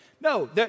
No